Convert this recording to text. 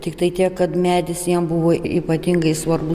tiktai tiek kad medis jam buvo ypatingai svarbus